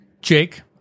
Jake